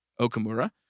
Okamura